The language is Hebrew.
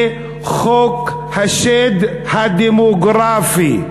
זה חוק השד הדמוגרפי,